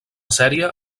sèrie